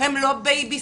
הם לא בייביסיטר.